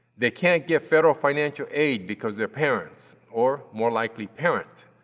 they can't get federal financial aid because their parents, or more likely parent,